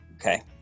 Okay